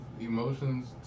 emotions